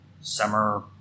summer